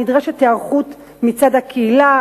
נדרשת היערכות מצד הקהילה,